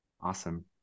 Awesome